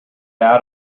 out